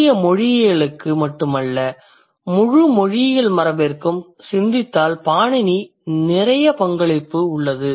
இந்திய மொழியியலுக்கு மட்டுமல்ல முழு மொழியியல் மரபிற்கும் பாணினியின் பங்களிப்பு நிறைய உள்ளது